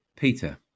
Peter